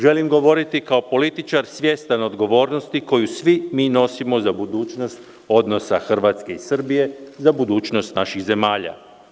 Želim govoriti kao političar svestan odgovornosti koju svi mi nosimo za budućnost odnosa Hrvatske i Srbije, za budućnost naših zemalja.